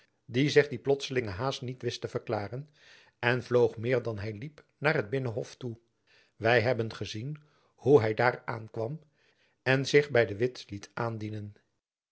die zich die plotslinge haast niet wist te verklaren en vloog meer dan hy liep naar het binnenhof toe wy hebben gezien hoe hy daar aankwam en zich by de witt liet aandienen